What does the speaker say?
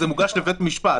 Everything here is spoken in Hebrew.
מוגש לבית משפט.